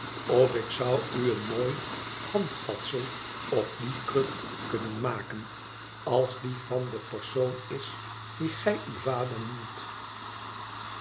of ik zou u een mooi handvatsel op die kruk kunnen maken als die van den persoon is dien gij uw vader noemt